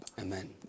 Amen